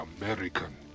American